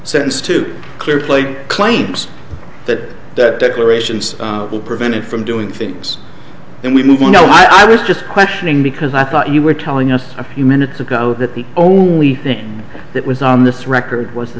sentence to carry plague claims that that declaration will prevent it from doing things and we move on no i was just questioning because i thought you were telling us a few minutes ago that the only thing that was on this record was the